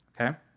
Okay